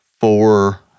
four